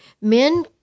men